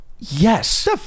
Yes